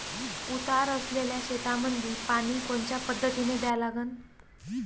उतार असलेल्या शेतामंदी पानी कोनच्या पद्धतीने द्या लागन?